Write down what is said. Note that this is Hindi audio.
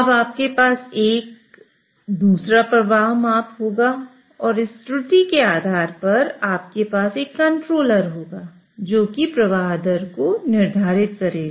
अब आपके पास एक दूसरा प्रवाह माप होगा और इस त्रुटि के आधार पर आप के पास एक कंट्रोलर होगा जो कि प्रवाह दर को निर्धारित करेगा